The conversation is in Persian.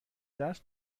درس